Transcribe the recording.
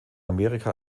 amerika